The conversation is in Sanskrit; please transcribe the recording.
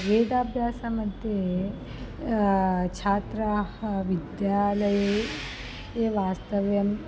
वेदाभ्यासमध्ये छात्राः विद्यालये ये वास्तव्यम्